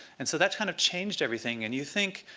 and so that's kind of changed everything, and you think,